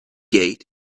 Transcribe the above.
gate